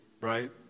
right